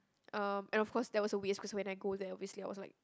um and of course there was a waste cause when I go there obviously I was like